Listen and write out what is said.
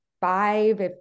five